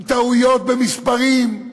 עם טעויות במספרים,